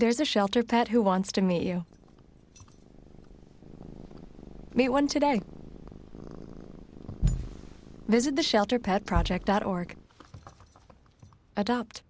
there's a shelter pet who wants to meet you meet one today this is the shelter pet project dot org adopt